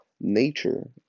nature